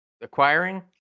acquiring